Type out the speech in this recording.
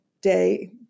day